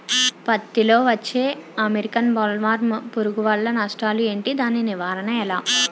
పత్తి లో వచ్చే అమెరికన్ బోల్వర్మ్ పురుగు వల్ల నష్టాలు ఏంటి? దాని నివారణ ఎలా?